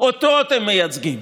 אותו אתם מייצגים.